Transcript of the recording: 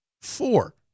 Four